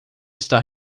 está